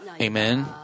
Amen